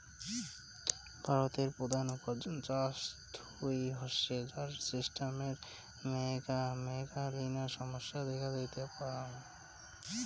ভারতের প্রধান উপার্জন চাষ থুই হসে, যার সিস্টেমের মেলাগিলা সমস্যা দেখাত দিতে পারাং